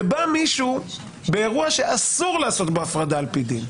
ובא מישהו באירוע שאסור לעשות בו הפרדה על פי דין,